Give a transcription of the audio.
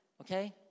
Okay